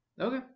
Okay